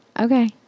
Okay